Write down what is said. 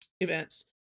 events